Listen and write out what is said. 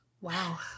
Wow